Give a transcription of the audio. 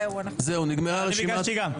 אני גם ביקשתי.